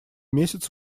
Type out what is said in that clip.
месяц